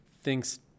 thinks